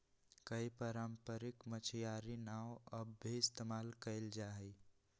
कई पारम्परिक मछियारी नाव अब भी इस्तेमाल कइल जाहई